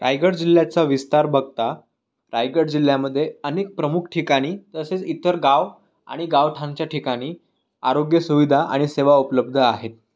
रायगड जिल्हयाचा विस्तार बगता रायगड जिल्ह्यामध्ये अनेक प्रमुख ठिकाणी तसेच इतर गाव आणि गावठाणच्या ठिकाणी आरोग्य सुविधा आणि सेवा उपलब्ध आहेत